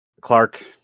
Clark